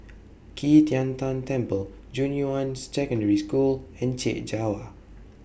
Qi Tian Tan Temple Junyuan Secondary School and Chek Jawa